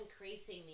increasing